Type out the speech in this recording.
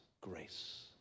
grace